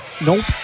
Nope